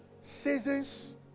seasons